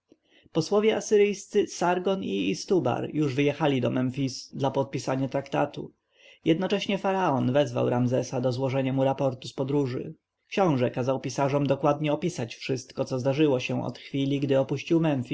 posłowie asyryjscy sargon i istubar już wyjechali do memfis dla podpisania traktatu jednocześnie faraon wezwał ramzesa o złożenie mu raportu z podróży książę kazał pisarzom dokładnie opisać wszystko co zdarzyło się od chwili gdy opuścił